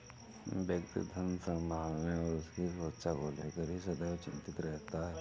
व्यक्ति धन संभालने और उसकी सुरक्षा को लेकर ही सदैव चिंतित रहता है